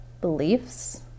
beliefs